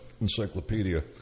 encyclopedia